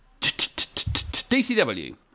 DCW